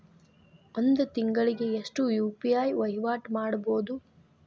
ಒಂದ್ ತಿಂಗಳಿಗೆ ಎಷ್ಟ ಯು.ಪಿ.ಐ ವಹಿವಾಟ ಮಾಡಬೋದು?